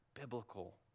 biblical